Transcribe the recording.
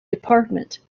department